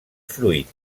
fruit